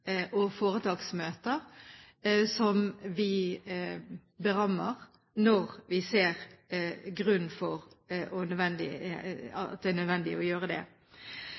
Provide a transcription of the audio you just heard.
og foretaksmøter som vi berammer når vi ser at det er nødvendig.